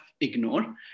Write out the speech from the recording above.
ignore